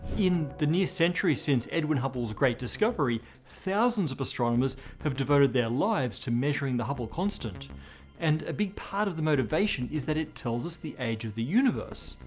in the near-century since edwin hubble's great discovery, thousands of astronomers have devoted their lives to measuring the hubble constant and a big part of the motivation is that it tells us the age of the universe.